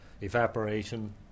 evaporation